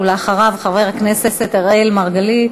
ואחריו, חבר הכנסת אראל מרגלית.